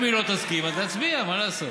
אם היא לא תסכים אז נצביע, מה לעשות?